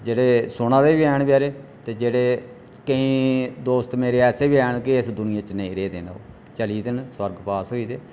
जेह्ड़े सुनै दे बी हैन बचैरे ते जेह्ड़े केईं दोस्त मेरे ऐसे बी हैन कि इस दुनिया च नेंई रेहदे ओह् चली गेदे न सुरगबास होई गेदे